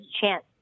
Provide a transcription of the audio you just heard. chance